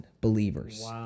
believers